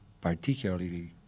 particularly